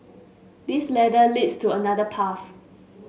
this ladder leads to another path